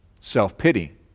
Self-pity